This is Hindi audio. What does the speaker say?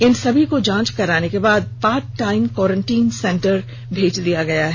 इन सभी को जांच कराने के बाद पार्ट टाइम कोरेंटाईन सेंटर भेज दिया गया है